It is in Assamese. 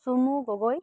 চুমু গগৈ